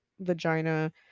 vagina